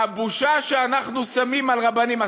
מהבושה שאנחנו שמים על רבנים.